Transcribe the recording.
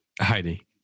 Heidi